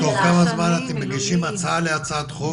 תוך כמה זמן אתם מגישים הצעה להצעת חוק?